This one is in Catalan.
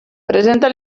presenta